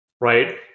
right